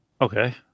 Okay